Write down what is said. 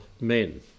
men